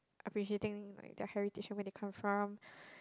appreciate things like the heritage where they come from